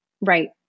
right